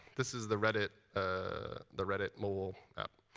this is the reddit ah the reddit mobile app.